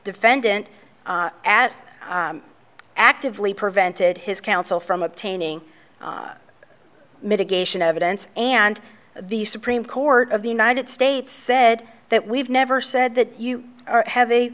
defendant at actively prevented his counsel from obtaining mitigation evidence and the supreme court of the united states said that we've never said that you have